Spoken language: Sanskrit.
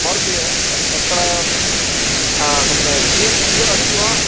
मारुति एव तत्र तत्र गियर् गियर् अस्ति वा